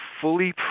fully